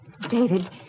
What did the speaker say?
David